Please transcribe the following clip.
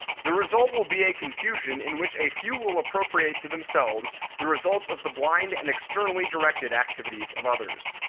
the result will be a confusion in which a few will appropriate to themselves the results of the blind and externally directed activities of others.